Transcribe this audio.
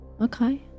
Okay